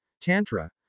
Tantra